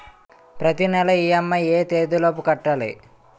ప్రతినెల ఇ.ఎం.ఐ ఎ తేదీ లోపు కట్టాలి?